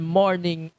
morning